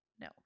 No